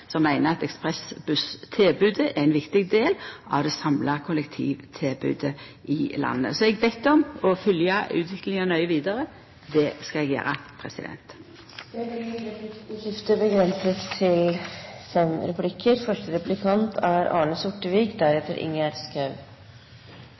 som meiner at ekspressbusstilbodet er ein viktig del av det samla kollektivtilbodet i landet. Eg er bedt om å fylgja utviklinga nøye vidare. Det skal eg gjera. Det blir replikkordskifte. Vi får altså en speilvending – det er